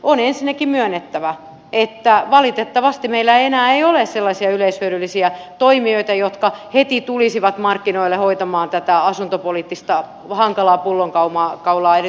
on ensinnäkin myönnettävä että valitettavasti meillä ei enää ole sellaisia yleishyödyllisiä toimijoita jotka heti tulisivat markkinoille hoitamaan tätä hankalaa asuntopoliittista pullonkaulaa erityisesti pääkaupunkiseudulla